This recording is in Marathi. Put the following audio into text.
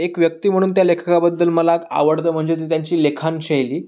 एक व्यक्ती म्हणून त्या लेखकाबद्दल मला आवडतं म्हणजे ती त्यांची लेखनशैली